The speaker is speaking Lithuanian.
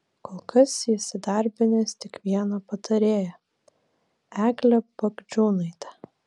kol kas jis įdarbinęs tik vieną patarėją eglę bagdžiūnaitę